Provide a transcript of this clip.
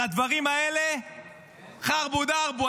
על הדברים האלה חרבו דרבו,